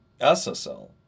SSL